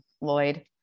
Lloyd